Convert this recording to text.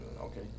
okay